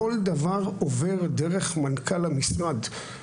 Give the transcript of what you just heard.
כל דבר עובר דרך מנכ"ל המשרד.